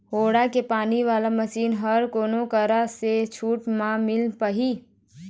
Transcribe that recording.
Honda के पानी वाला मशीन हर कोन करा से छूट म मिल पाही?